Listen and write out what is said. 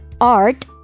art